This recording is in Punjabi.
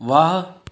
ਵਾਹ